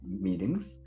meetings